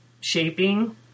shaping